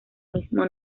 mismo